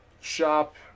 shop